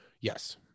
Yes